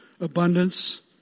abundance